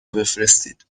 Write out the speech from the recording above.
بفرستید